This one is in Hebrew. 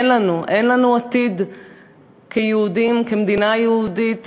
אין לנו, אין לנו עתיד כיהודים, כמדינה יהודית,